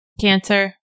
Cancer